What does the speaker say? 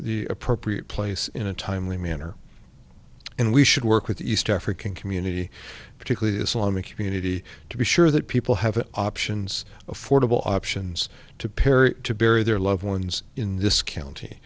the appropriate place in a timely manner and we should work with the east african community particularly islamic community to be sure that people have options affordable options to perry to bury their loved ones in this county